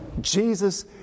Jesus